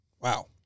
Wow